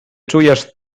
czujesz